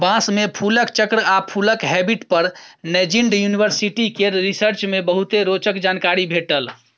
बाँस मे फुलक चक्र आ फुलक हैबिट पर नैजिंड युनिवर्सिटी केर रिसर्च मे बहुते रोचक जानकारी भेटल